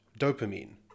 Dopamine